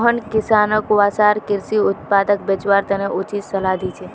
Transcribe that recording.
मोहन किसानोंक वसार कृषि उत्पादक बेचवार तने उचित सलाह दी छे